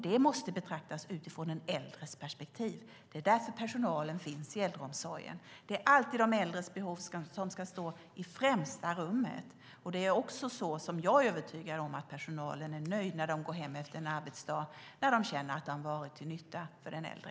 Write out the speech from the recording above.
Det måste betraktas utifrån den äldres perspektiv. Det är därför personalen finns i äldreomsorgen. De äldres behov ska alltid stå i främsta rummet. Jag är övertygad om att personalen är nöjd när de går hem efter en arbetsdag när de känner att de varit nytta för den äldre.